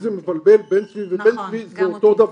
לפעמים זה מבלבל, בן צבי ובן צבי זה אותו דבר.